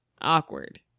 Awkward